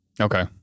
Okay